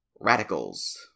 Radicals